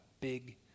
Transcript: big